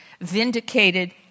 vindicated